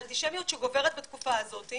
האנטישמיות שגוברת בתקופה הזאת אלה